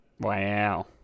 Wow